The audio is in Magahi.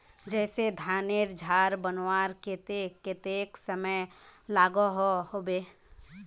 जैसे धानेर झार बनवार केते कतेक समय लागोहो होबे?